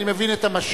אני מבין את המשל.